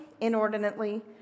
inordinately